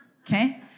okay